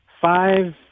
five